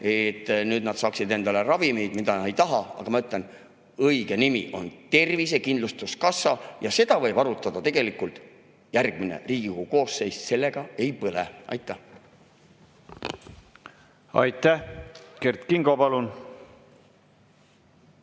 et nad saaksid endale ravimeid, mida nad ei taha? Aga ma ütlen: õige nimi on tervisekindlustuskassa ja seda võib arutada tegelikult järgmine Riigikogu koosseis. Sellega ei põle. Aitäh! Aitäh! Kert Kingo, palun!